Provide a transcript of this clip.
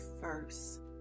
first